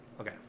okay